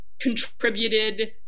contributed